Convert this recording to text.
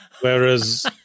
whereas